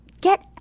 get